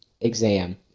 exam